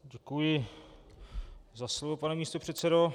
Děkuji za slovo, pane místopředsedo.